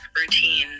routine